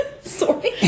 Sorry